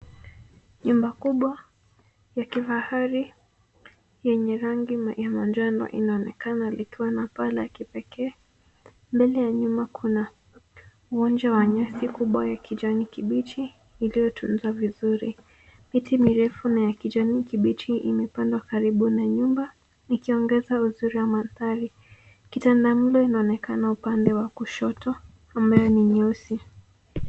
Nyumba kubwa ya kifahari yenye rangi ya manjano inaonekana likiwa na paa la kipekee. Mbele ya nyuma kuna uwanja wa nyasi kubwa ya kijani kibichi iliyotunzwa vizuri. Miti mirefu na ya kijani kibichi imepangwa karibu na nyumba likiongeza uzuri wa mandhari. Kitandamlo inaonekana upande wa kushoto, ambao ni nyeusi.